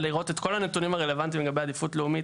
לראות את כל הנתונים הרלוונטיים לגבי עדיפות לאומית